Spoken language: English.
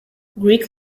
greek